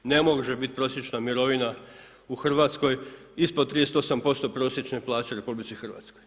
Ne može biti prosječna mirovina u Hrvatskoj ispod 38% prosječne plaće u RH.